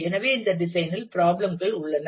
எனவே இந்த டிசைனில் ப்ராப்ளம் கள் உள்ளன